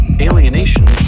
alienation